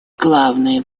главные